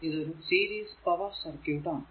ഇത് ഒരു series power circuit ആണ്